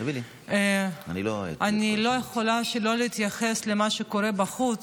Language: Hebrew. אני לא יכולה שלא להתייחס למה שקורה בחוץ,